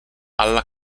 alla